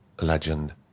legend